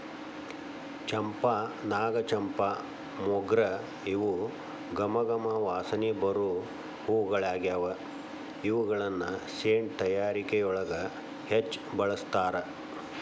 ಚಂಪಾ, ನಾಗಚಂಪಾ, ಮೊಗ್ರ ಇವು ಗಮ ಗಮ ವಾಸನಿ ಬರು ಹೂಗಳಗ್ಯಾವ, ಇವುಗಳನ್ನ ಸೆಂಟ್ ತಯಾರಿಕೆಯೊಳಗ ಹೆಚ್ಚ್ ಬಳಸ್ತಾರ